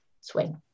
Swing